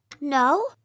No